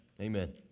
Amen